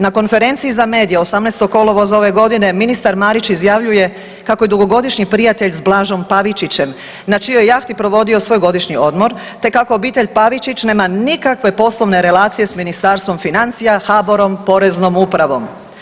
Na konferenciji za medije 18. kolovoza ove godine, ministar Marić izjavljuje kako je dugogodišnji prijatelj s Blažom Pavičićem, na čijoj je jahti provodio svoj godišnji odmor, te kako obitelj Pavičić nema nikakve poslovne relacije s Ministarstvom financija, HBOR-om, Poreznom upravom.